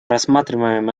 рассматриваем